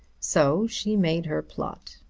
so she made her plot.